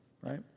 Right